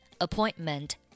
appointment